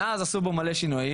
מאז עשו בו מלא שינויים,